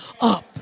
up